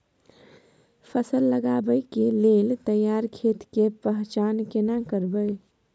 फसल लगबै के लेल तैयार खेत के पहचान केना करबै?